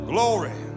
Glory